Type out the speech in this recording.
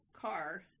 car